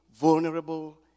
vulnerable